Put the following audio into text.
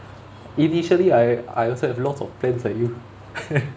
initially I I also have lots of plans like you